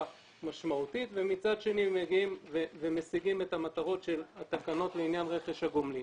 משמעותית ומצד שני משיגים את המטרות של התקנות לעניין רכש הגומלין.